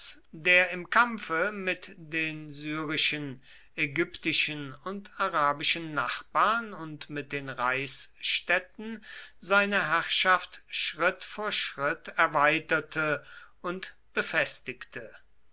der im kampfe mit den syrischen ägyptischen und arabischen nachbarn und mit den reichsstädten seine herrschaft schritt vor schritt erweiterte und befestigte